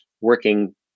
working